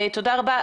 תודה רבה,